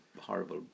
horrible